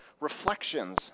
reflections